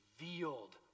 revealed